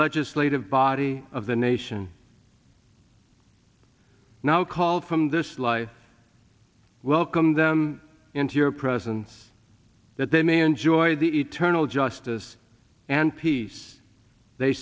legislative body of the nation now called from this life welcome them into your presence that they may enjoy the eternal justice and peace they